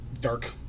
dark